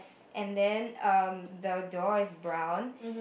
and then um the door is brown